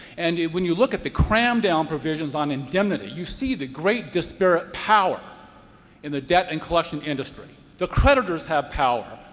and when you look at the cram-down provisions on indemnity, you see the great disparate power in the debt and collection industry. the creditors have power.